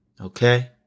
Okay